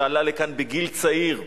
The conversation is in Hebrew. שעלה לכאן בגיל צעיר,